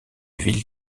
ville